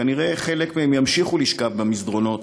כנראה חלק מהם ימשיכו לשכב במסדרונות